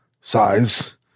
size